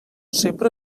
sempre